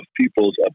people's